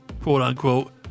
quote-unquote